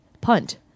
punt